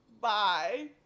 Bye